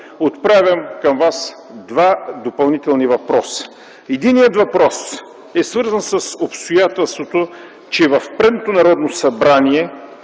отправям към Вас два допълнителни въпроса. Първият е свързан с обстоятелството, че в предишното Народно събрание